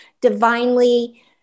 divinely